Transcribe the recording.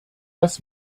dass